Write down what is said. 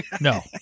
No